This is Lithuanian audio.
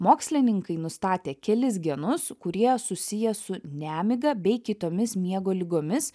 mokslininkai nustatė kelis genus kurie susiję su nemiga bei kitomis miego ligomis